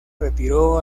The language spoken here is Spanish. retiró